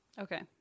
okay